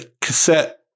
cassette